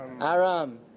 Aram